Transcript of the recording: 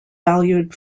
valued